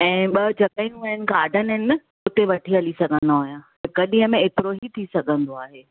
ऐं ॿ जॻहियूं आहिनि गार्डन आहिनि उते वठी हली सघंदो आहियां हिक ॾींहं में एतिरो ई थी सघंदो आहे